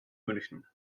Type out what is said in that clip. münchen